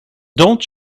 don’t